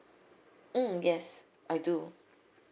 mm yes I do